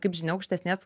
kaip žinia aukštesnės